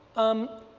um,